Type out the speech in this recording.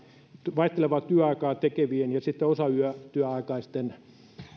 vaihtelevaa työaikaa tekevien ja sitten osatyöaikaisten